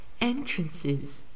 entrances